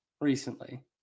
recently